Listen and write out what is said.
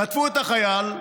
חטפו את החייל,